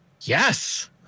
Yes